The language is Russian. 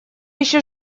еще